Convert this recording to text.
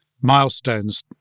milestones